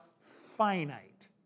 finite